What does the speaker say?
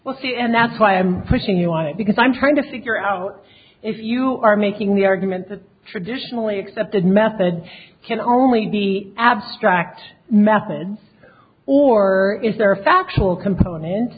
well see and that's why i'm pushing you on it because i'm trying to figure out if you are making the argument that traditionally accepted method can only be abstract methods or is there a factual component